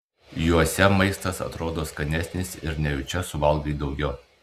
juose maistas atrodo skanesnis ir nejučia suvalgai daugiau